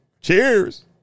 Cheers